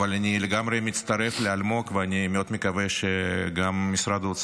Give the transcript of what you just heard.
ואני לגמרי מצטרף לאלמוג ומאוד מקווה שגם משרד האוצר